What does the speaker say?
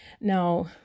now